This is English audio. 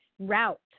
route